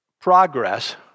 progress